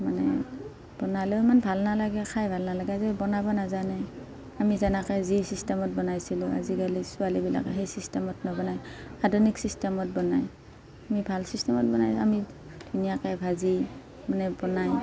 মানে বনালেও ইমান ভাল নালাগে খাই ভাল নালাগে যে বনাব নাজানে আমি জানাকে যি চিষ্টেমত বনাইছিলোঁ আজিকালি ছোৱালীবিলাকে সেই চিষ্টেমত নবনাই আধুনিক চিষ্টেমত বনাই আমি ভাল চিষ্টেমত বনাই আমি ধুনীয়াকৈ ভাজি মানে বনাই